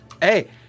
Hey